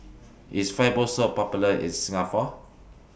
IS Fibrosol Popular in Singapore